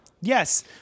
Yes